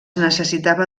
necessitava